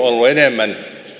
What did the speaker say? ollut enemmän